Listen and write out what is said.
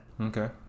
Okay